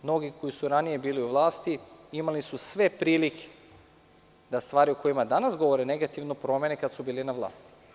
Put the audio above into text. Mnogi koji su ranije bili u vlasti imali su sve prilike da stvari o kojima danas govore negativno promene kada su bili na vlasti.